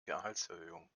gehaltserhöhung